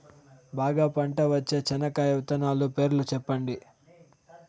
బాగా పంట వచ్చే చెనక్కాయ విత్తనాలు పేర్లు సెప్పండి?